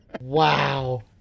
Wow